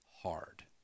hard